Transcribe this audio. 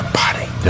body